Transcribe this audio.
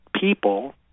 people